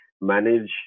manage